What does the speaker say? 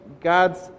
God's